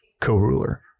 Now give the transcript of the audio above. co-ruler